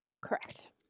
Correct